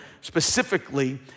specifically